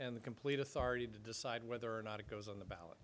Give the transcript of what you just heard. and the complete authority to decide whether or not it goes on the ballot